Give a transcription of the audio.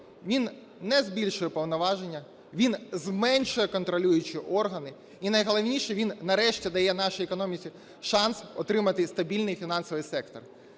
він не збільшує повноваження, він зменшує контролюючі органи і найголовніше – він нарешті дає нашій економіці шанс отримати стабільний фінансовий сектор.